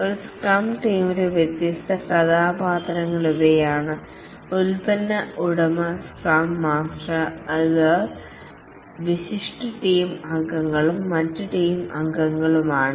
ഒരു സ്ക്രം ടീമിലെ വ്യത്യസ്ത കഥാപാത്രങ്ങൾ ഇവയാണ് പ്രോഡക്ട് ഉടമ സ്ക്രം മാസ്റ്റർ ഇവർ വിശിഷ്ട ടീം അംഗങ്ങളും മറ്റ് ടീം അംഗങ്ങളുമാണ്